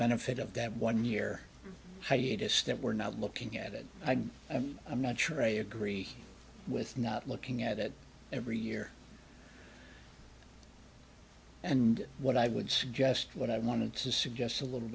benefit of that one year hiatus that we're not looking at it and i'm not sure i agree with not looking at it every year and what i would suggest what i wanted to suggest a little